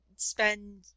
spend